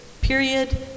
period